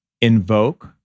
Invoke